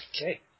Okay